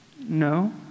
No